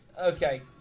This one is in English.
Okay